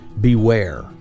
Beware